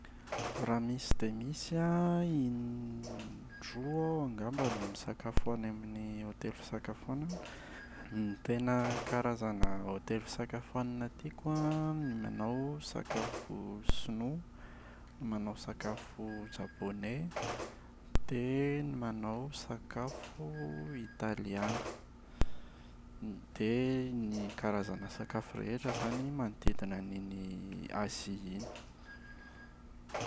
Raha misy dia misy an in-droa aho angamba no misakafo any amin’ny hotely fisakafoanana. Ny tena karazana hotely fisakafoanana tiako an ny manao sakafo sinoa, ny manao sakafo japone dia ny manao sakafo italiana. N- dia ny karazana sakafo rehetra izany manodidina an’iny Azia iny.